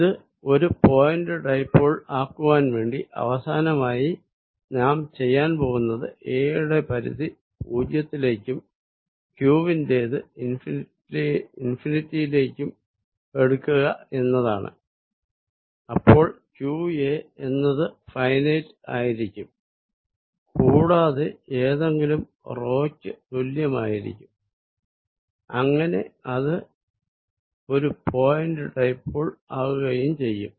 ഇത് ഒരു point dipole ആക്കുവാൻ വേണ്ടി അവസാനമായി നാം ചെയ്യാൻ പോകുന്നത് എയുടെ പരിധി 0 ത്തിലേക്കും q വിന്റേത് ഇൻഫിനിറ്റി യിലേക്കും എടുക്കുക എന്നതാണ് അപ്പോൾ qa എന്നത് ഫൈനൈറ് ആയിരിക്കും കൂടാതെ ഏതെങ്കിലും ക്കു തുല്യമായിരിക്കും അങ്ങനെ അത് ഒരു പോയിന്റ് ഡൈപോൾ ആകുകയും ചെയ്യും